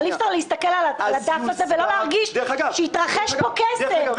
אבל אי אפשר להסתכל על הדף זה ולא להרגיש שהתרחש פה קסם,